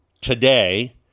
today